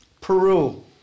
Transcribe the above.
Peru